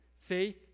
faith